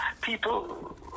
people